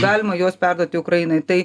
galima juos perduoti ukrainai tai